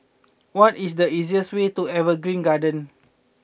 what is the easiest way to Evergreen Gardens